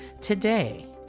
today